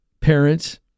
parents